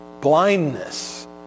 blindness